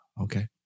Okay